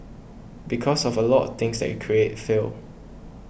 because of a lot of things that you create fail